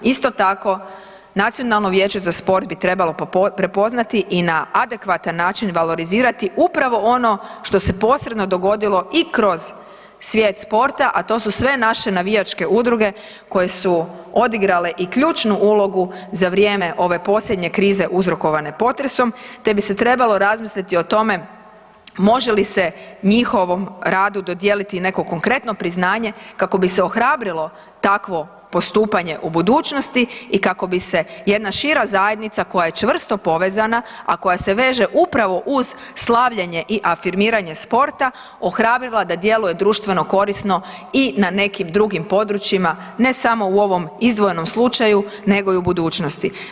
Isto tako Nacionalno vijeće za sport bi trebalo prepoznati i na adekvatan način valorizirati upravo ono što se posredno dogodilo i kroz svijet sporta, a to su sve naše navijačke udruge koje su odigrale i ključnu ulogu za vrijeme ove posljednje krize uzrokovane potresom te bi se trebalo razmisliti o tome, može li se njihovom radu dodijeliti neko konkretno priznanje kako bi se ohrabrilo takvo postupanje u budućnosti i kako bi se jedna šira zajednica koja je čvrsto povezana, a koja se veže upravo uz slavljenje i afirmiranje sporta ohrabrila da djeluje društveno korisno i na nekim drugim područjima, ne samo u ovom izdvojenom slučaju nego i u budućnosti.